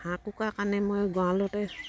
হাঁহ কুকুৰাৰ কাৰণে মই গঁৰালতে